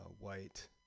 white